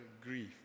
grief